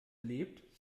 lebt